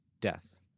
death